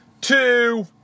two